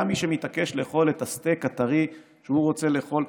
גם מי שמתעקש לאכול את הסטייק הטרי שהוא רוצה לאכול,